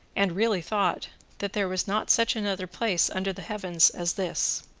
and really thought, that there was not such another place under the heavens as this.